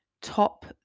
top